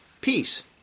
Peace